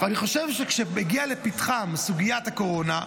אני חושב שכשהגיעה לפתחם סוגיית הקורונה,